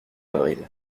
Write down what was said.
avril